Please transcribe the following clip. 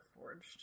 forged